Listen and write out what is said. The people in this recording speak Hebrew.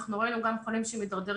אנחנו ראינו גם חולים שמדרדרים,